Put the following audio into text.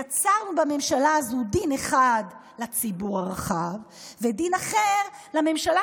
יצרנו בממשלה הזו דין אחד לציבור הרחב ודין אחר לממשלה.